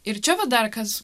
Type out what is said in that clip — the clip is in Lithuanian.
ir čia va dar kas